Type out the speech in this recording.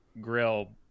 grill